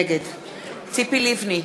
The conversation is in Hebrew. נגד ציפי לבני,